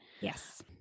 Yes